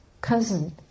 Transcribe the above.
cousin